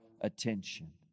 attention